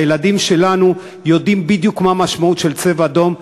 הילדים שלנו יודעים בדיוק מה המשמעות של "צבע אדום".